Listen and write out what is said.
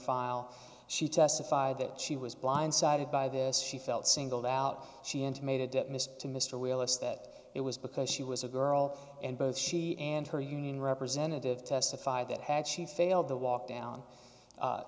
file she testified that she was blindsided by this she felt singled out she intimated that miss to mr willis that it was because she was a girl and both she and her union representative testified that had she failed the walk down